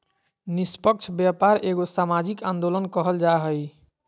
निस्पक्ष व्यापार एगो सामाजिक आंदोलन कहल जा हइ